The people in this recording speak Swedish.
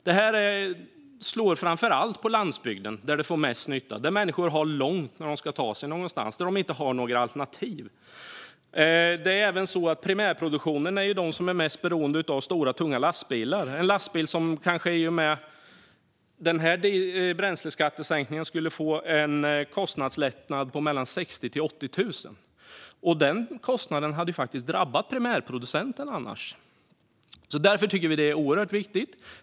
Detta slår framför allt på landsbygden. Det är där det gör mest nytta - där människor har långt när de ska ta sig någonstans och där de inte har några alternativ. Primärproduktionen är de som är mest beroende av stora, tunga lastbilar - lastbilar som i och med denna bränsleskattesänkning kanske skulle få en kostnadslättnad på 60 000-80 000. Den kostnaden hade annars drabbat primärproducenten, och därför tycker vi att detta är oerhört viktigt.